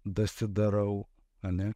dasidarau ane